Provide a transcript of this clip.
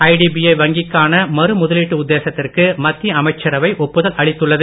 IDBI வங்கிக்கான மறுமுதலீட்டு உத்தேசத்திற்கு மத்திய அமைச்சரவை ஒப்புதல் அளித்துள்ளது